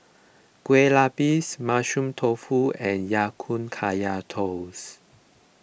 Kue Lupis Mushroom Tofu and Ya Kun Kaya Toast